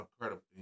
incredible